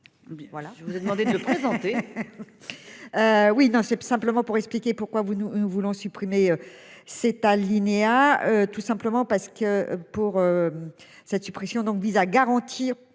je vous ai demandé de présenter. Oui, dans cette simplement pour expliquer pourquoi vous nous voulons supprimer cet alinéa, tout simplement parce que pour. Cette suppression donc vise à garantir